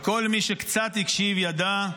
וכל מי שקצת הקשיב ידע,